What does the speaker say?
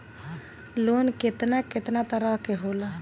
Loan केतना केतना तरह के होला?